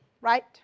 right